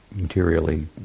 materially